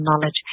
knowledge